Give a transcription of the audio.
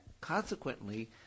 consequently